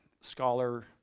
scholar